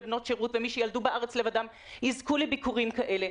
בנות שירות ומי שילדו בארץ לבדם יזכו לביקורים כאלה.